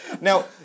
Now